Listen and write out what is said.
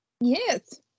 Yes